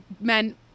men